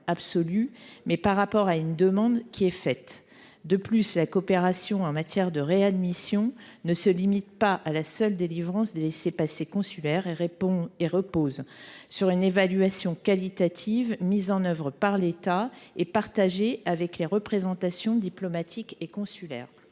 absolus, mais par rapport à une demande qui est faite. De plus, la coopération en matière de réadmission ne se limite pas à la seule délivrance de laissez passer consulaires : elle fait l’objet d’une évaluation qualitative mise en œuvre par l’État et partagée avec les représentations diplomatiques et consulaires.